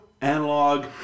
Analog